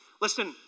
Listen